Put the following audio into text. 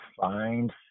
find